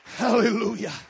Hallelujah